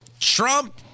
Trump